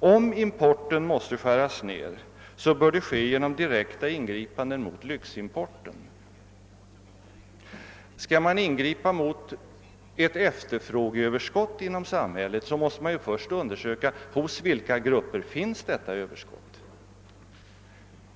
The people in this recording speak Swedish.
Om importen måste skäras ned, bör det ske genom direkta ingripanden mot lyximporten. Skall man ingripa mot ett efterfrågeöverskott, måste man först undersöka hos vilka grupper detta överskott finns.